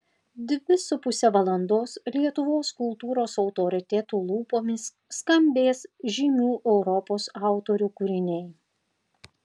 dvi su puse valandos lietuvos kultūros autoritetų lūpomis skambės žymių europos autorių kūriniai